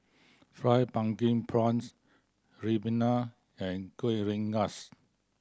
Fried Pumpkin Prawns ribena and Kueh Rengas